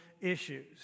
issues